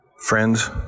Friends